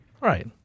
right